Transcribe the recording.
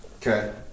Okay